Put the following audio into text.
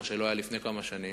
מה שלא היה לפני כמה שנים,